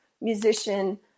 musician